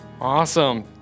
Awesome